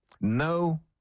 No